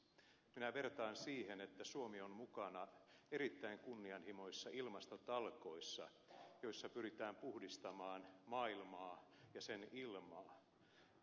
minä vertaan siihen että suomi on mukana erittäin kunnianhimoisissa ilmastotalkoissa joissa pyritään puhdistamaan maailmaa ja sen ilmaa